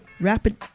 rapid